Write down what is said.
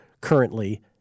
currently